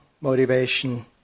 motivation